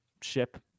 Ship